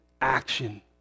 action